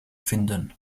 finden